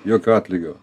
jokio atlygio